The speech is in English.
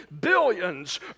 billions